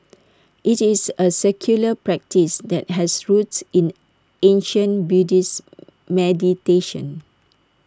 IT is A secular practice that has roots in ancient Buddhist meditation